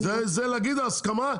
זה להגיד הסכמה?